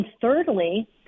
thirdly